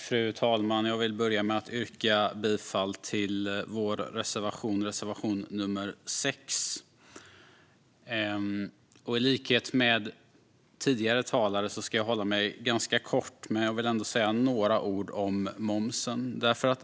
Fru talman! Jag vill börja med att yrka bifall till vår reservation nr 6. I likhet med tidigare talare ska jag fatta mig ganska kort, men jag vill ändå säga några ord om momsen.